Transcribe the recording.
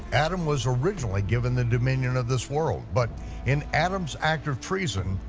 adam was originally given the dominion of this world, but in adam's act of treason,